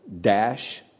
dash